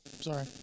Sorry